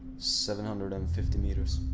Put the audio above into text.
seven hundred and fifty meters.